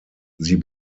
sie